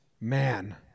man